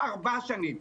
ארבע שנים.